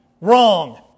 Wrong